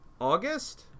August